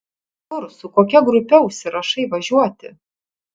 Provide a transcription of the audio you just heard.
kur su kokia grupe užsirašai važiuoti